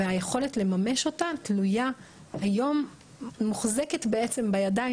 והיכולת לממש אותה תלויה ומוחזקת בידיים